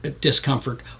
discomfort